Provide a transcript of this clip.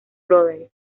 brothers